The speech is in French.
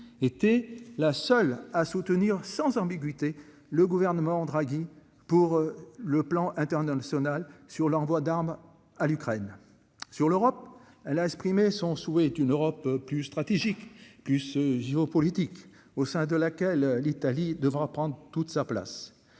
été la seule. à soutenir, sans ambiguïté, le gouvernement Draghi pour le plan international sur l'envoi d'armes à l'Ukraine sur l'Europe. Elle a exprimé son souhait est une Europe plus stratégique plus géopolitique au sein de laquelle l'Italie devra prendre toute sa place,